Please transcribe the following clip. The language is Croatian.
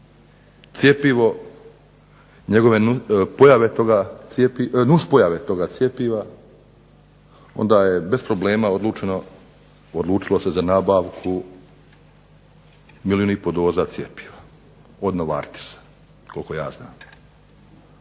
cjepivo, nuspojave toga cjepiva onda je bez problema odlučeno, odlučilo se za nabavku milijun i pol doza cjepiva od Novartisa koliko ja znam.